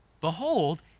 behold